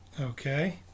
Okay